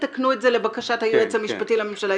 תתקנו את זה לבקשת היועץ המשפטי לממשלה,